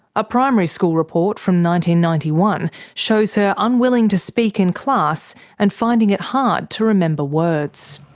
a primary school report from ninety ninety one shows her unwilling to speak in class and finding it hard to remember words.